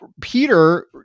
Peter